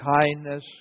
kindness